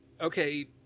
okay